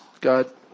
God